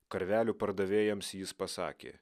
karvelių pardavėjams jis pasakė